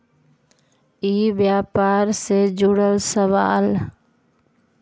ई व्यापार से जुड़ल सवाल?